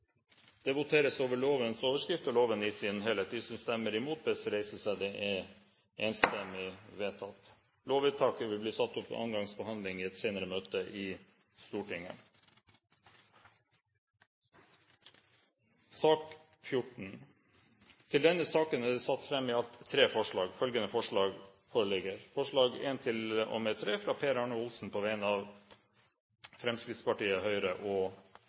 Det voteres over resten av I samt II og III. Det voteres over lovens overskrift og loven i sin helhet. Lovvedtaket vil bli ført opp til annen gangs behandling i et senere møte i Stortinget. Under debatten er det satt fram i alt tre forslag, forslagene nr. 1–3, fra Per Arne Olsen på vegne av Fremskrittspartiet, Høyre og